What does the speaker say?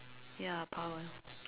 ya power